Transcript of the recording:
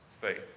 faith